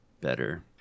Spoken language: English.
better